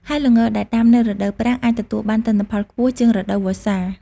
ហើយល្ងដែលដាំនៅរដូវប្រាំង អាចទទួលបានទិន្នផលខ្ពស់ជាងរដូវវស្សា។